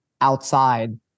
outside